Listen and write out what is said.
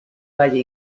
valle